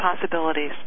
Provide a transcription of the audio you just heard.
possibilities